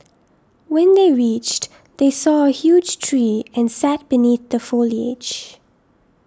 when they reached they saw a huge tree and sat beneath the foliage